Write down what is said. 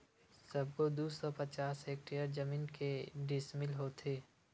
सबो दू सौ पचास हेक्टेयर जमीन के डिसमिल होथे?